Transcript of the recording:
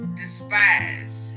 despise